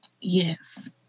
Yes